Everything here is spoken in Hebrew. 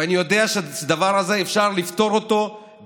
ואני יודע שאת הדבר הזה אפשר לפתור בהחלטה: